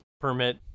permit